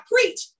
preach